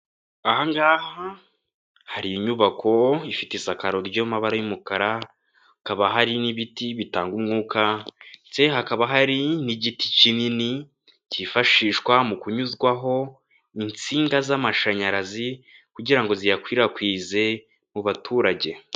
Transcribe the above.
Aha ngaha hari inyubako ifite isakaro ry'amabara y'umukara, hakaba hari n'ibiti bitanga umwuka, ndetse hakaba hari n'igiti kinini kifashishwa mu kunyuzwaho insinga z'amashanyarazi kugira ngo ziyakwirakwize mu baturage.